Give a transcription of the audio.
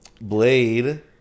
Blade